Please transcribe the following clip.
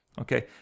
okay